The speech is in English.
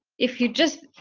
if you just,